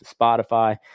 spotify